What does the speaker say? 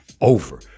over